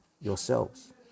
yourselves